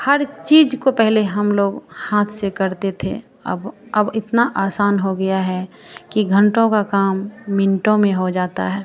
हर चीज़ को पहेले हम लोग हाथ से करते थे अब अब इतना आसान हो गया है कि घंटों का काम मिनटों में हो जाता है